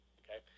okay